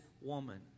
woman